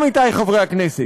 עמיתי חברי הכנסת,